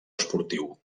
esportiu